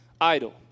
idle